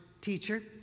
teacher